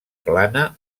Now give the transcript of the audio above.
plana